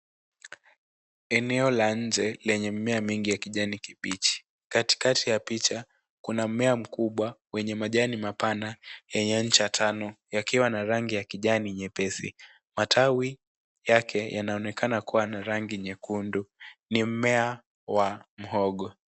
Eneo la nje lenye mimea mingi ya kijani kibichi. Katikati ya picha kuna mmea mkubwa wenye majani mapana yenye ncha tano yakiwa na rangi ya kijani nyepesi. Matawi yake yanaonekana kuwa na rangi nyekundu. Ni mmea wa muhogo.